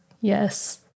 Yes